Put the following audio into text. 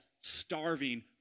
starving